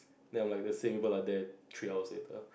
then I'm like the same people are there three hours later